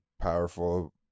powerful